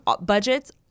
budgets